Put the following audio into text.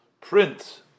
print